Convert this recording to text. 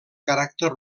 caràcter